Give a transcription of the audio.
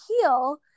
heal